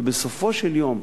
ובסופו של יום,